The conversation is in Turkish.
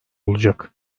olacak